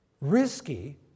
risky